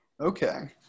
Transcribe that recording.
Okay